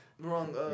wrong